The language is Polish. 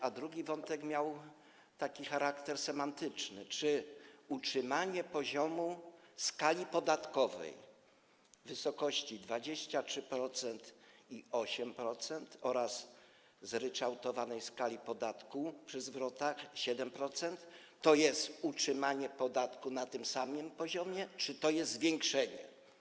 A drugi wątek miał charakter semantyczny, dotyczył tego, czy utrzymanie poziomu skali podatkowej w wysokości 23% i 8% oraz zryczałtowanej skali podatku przy zwrotach 7% to jest utrzymanie podatku na tym samym poziomie, czy to jest zwiększenie.